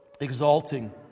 exalting